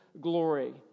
glory